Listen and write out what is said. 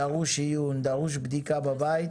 דרוש עיון, דרושה בדיקה בבית